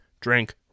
drink